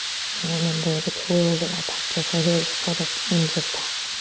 and remember the tools of our practice are here to support us in just that.